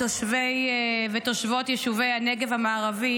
בתושבי ובתושבות יישובי הנגב המערבי,